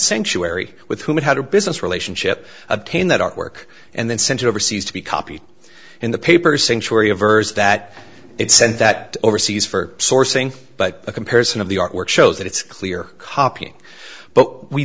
sanctuary with whom it had a business relationship obtain that artwork and then sent overseas to be copied in the paper sanctuary of hers that it sent that overseas for sourcing but a comparison of the artwork shows that it's clear copying but we